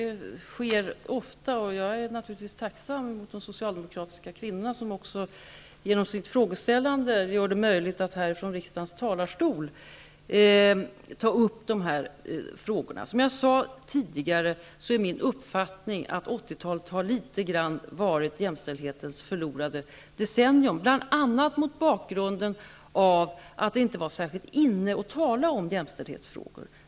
Herr talman! Det sker ofta, och jag är naturligtvis tacksam för att de socialdemokratiska kvinnorna gör det möjligt att i riksdagens talarstol ta upp frågorna. Som jag sade tidigare har jag den uppfattningen att 80-talet litet grand har varit jämställdhetens förlorade decennium, bl.a. mot bakgrund av att det inte var särskilt inne att tala om jämställdhetsfrågor.